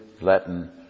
Latin